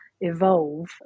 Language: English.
evolve